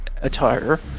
attire